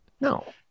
No